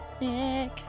Nick